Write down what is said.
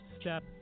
step